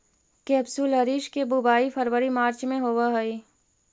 केपसुलरिस के बुवाई फरवरी मार्च में होवऽ हइ